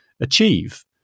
achieve